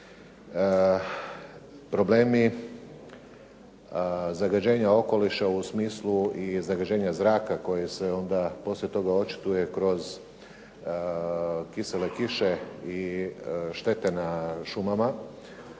problemi zagađenja okoliša u smislu i zagađenja zraka koji se onda poslije toga očituje kroz kisele kiše i štete na šumama